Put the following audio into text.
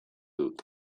dut